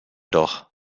doch